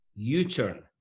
U-turn